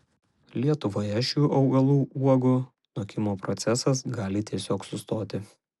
lietuvoje šių augalų uogų nokimo procesas gali tiesiog sustoti